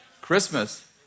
Christmas